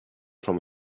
from